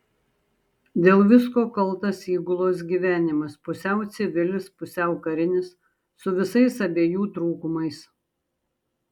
dėl visko kaltas įgulos gyvenimas pusiau civilis pusiau karinis su visais abiejų trūkumais